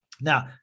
Now